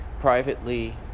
privately